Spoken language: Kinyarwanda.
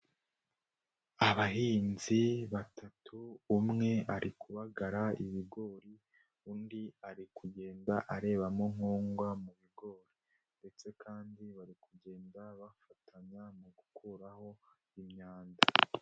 Abahinzi batatu umwe ari kubagara ibigori undi ari kugenda arebamo nkongwa mu bigori ndetse kandi bari kugenda bafatanya mu gukuraho imyanda.